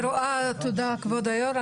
תודה, כבוד היו"ר.